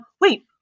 wait